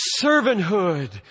servanthood